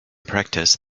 practice